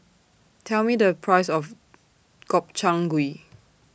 Tell Me The Price of Gobchang Gui